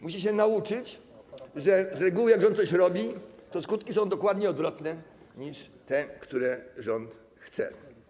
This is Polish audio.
Musicie się nauczyć, że z reguły jak rząd coś robi, to skutki są dokładnie odwrotne niż to, co rząd chce.